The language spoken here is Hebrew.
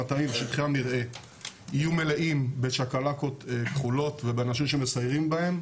המטעים ושטחי המרעה יהיו מלאים בצ'קלקות כחולות ובאנשים שמסיירים בהם,